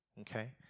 okay